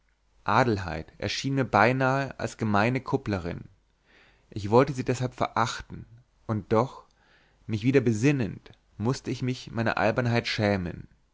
adelheid erschien mir beinahe als gemeine kupplerin ich wollte sie deshalb verachten und doch mich wieder besinnend mußte ich mich meiner albernheit schämen